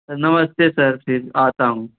sir नमस्ते sir फिर आता हूँ